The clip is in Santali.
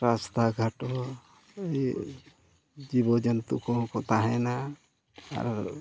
ᱨᱟᱥᱛᱟ ᱜᱷᱟᱴ ᱦᱚᱸ ᱟᱹᱰᱤ ᱡᱤᱵᱚᱼᱡᱚᱱᱛᱩ ᱠᱚᱦᱚᱸ ᱠᱚ ᱛᱟᱦᱮᱱᱟ ᱟᱨ